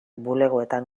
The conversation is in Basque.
bulegoetan